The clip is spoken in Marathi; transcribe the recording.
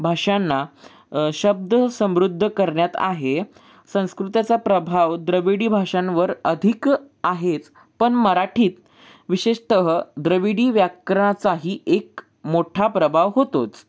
भाषांना शब्द समृद्ध करण्यात आहे संस्कृताचा प्रभाव द्रविडी भाषांवर अधिक आहेच पण मराठीत विशेषतः द्रविडी व्याकरणाचाही एक मोठा प्रभाव होतोच